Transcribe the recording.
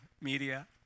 media